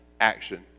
action